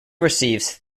receives